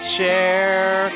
share